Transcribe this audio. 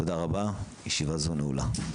תודה רבה, ישיבה זו נעולה.